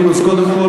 כל הכבוד.